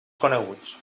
coneguts